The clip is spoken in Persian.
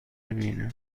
ببینم